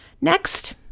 Next